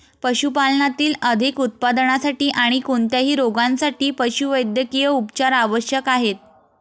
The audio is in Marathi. पशुपालनातील अधिक उत्पादनासाठी आणी कोणत्याही रोगांसाठी पशुवैद्यकीय उपचार आवश्यक आहेत